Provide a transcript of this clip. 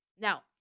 Now